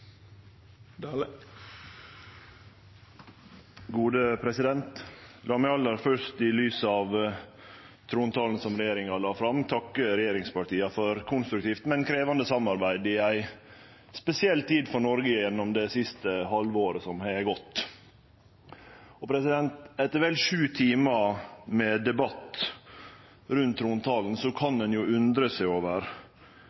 meg aller først i lys av trontalen som regjeringa la fram, takke regjeringspartia for konstruktivt, men krevjande samarbeid i ei spesiell tid for Noreg gjennom det siste halve året som er gått. Etter vel sju timar med debatt rundt trontalen kan